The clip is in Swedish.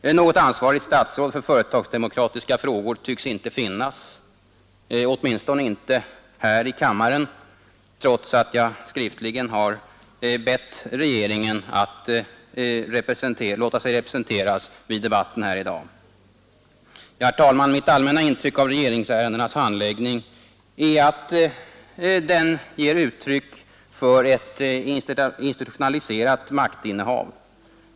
Men något ansvarigt statsråd för företagsdemokratiska frågor tycks inte finnas, åtminstone inte här i kammaren, trots att jag skriftligen har bett regeringen att låta sig representeras i debatten här i dag. Herr talman! Mitt allmänna intryck av regeringsärendenas handläggning är att den ger uttryck för ett institutionaliserat maktinnehav.